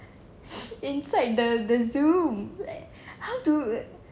inside the the Zoom like how do